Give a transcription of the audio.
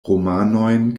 romanojn